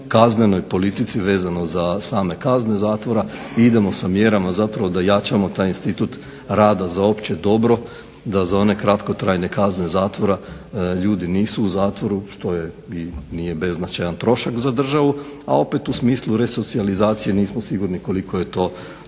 kaznenoj politici vezano sa same kazne zatvora i idemo sa mjerama da jačamo taj institut rada za opće dobro, da za one kratkotrajne kazne zatvora ljudi nisu u zatvoru, što nije beznačajan trošak za državu, a opet u smislu resocijalizacije nismo sigurno koliko je to